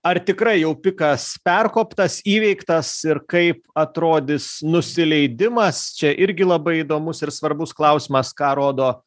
ar tikrai jau pikas perkoptas įveiktas ir kaip atrodys nusileidimas čia irgi labai įdomus ir svarbus klausimas ką rodo